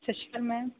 Sat Shri Akal ma'am